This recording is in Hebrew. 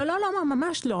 לא, לא, ממש לא.